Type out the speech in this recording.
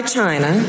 China